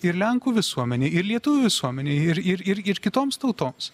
ir lenkų visuomenei ir lietuvių visuomenei ir ir ir kitoms tautoms